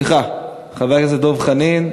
סליחה, חבר הכנסת דב חנין,